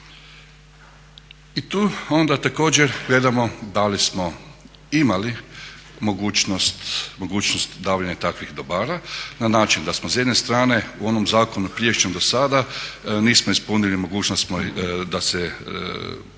I tu onda također gledamo da li smo imali mogućnost davanja takvih dobara na način da smo s jedne strane u onom zakonu prijašnjem do sada nismo ispunili mogućnost da se koncesija